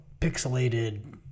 pixelated